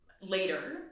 later